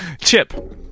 Chip